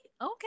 Okay